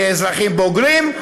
כאזרחים בוגרים,